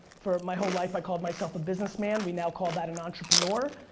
for my whole life i called myself a businessman. we now call that an entrepreneur.